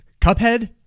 Cuphead